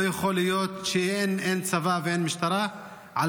לא יכול להיות שאין צבא ואין משטרה על